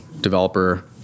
developer